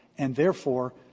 and, therefore,